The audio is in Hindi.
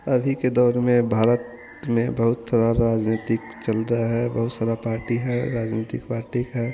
अभी के दौर में भारत में बहुत तरह की राजनीति चल रही है बहुत सारी पार्टी है राजनीतिक पार्टी है